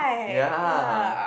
ya